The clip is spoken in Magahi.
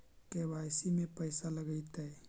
के.वाई.सी में पैसा लगतै?